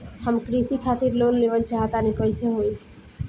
हम कृषि खातिर लोन लेवल चाहऽ तनि कइसे होई?